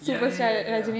ya ya ya ya ya